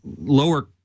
lower